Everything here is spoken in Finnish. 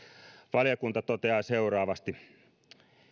valiokunta toteaa seuraavasti